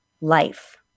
life